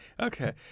okay